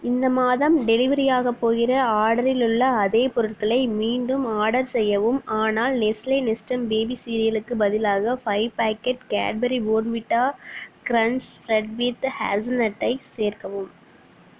இந்த மாதம் டெலிவரியாக போகிற ஆர்டரில் உள்ள அதே பொருட்களை மீண்டும் ஆர்டர் செய்யவும் ஆனால் நெஸ்லே நெஸ்டம் பேபி சீரியலுக்கு பதிலாக ஃபை packet Cadbury Bournvita crunch spread with ஹேஸல்னட்டை சேர்க்கவும்